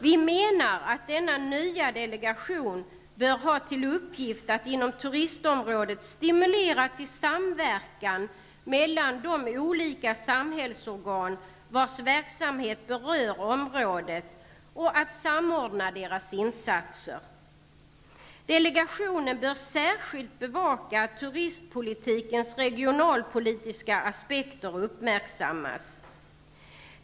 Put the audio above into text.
Vi menar att denna nya delegation bör ha till uppgift att inom turistområdet stimulera till samverkan mellan de olika samhällsorgan vars verksamhet berör området och att samordna deras insatser. Delegationen bör särskilt bevaka att turistpolitikens regionalpolitiska aspekter uppmärksammas.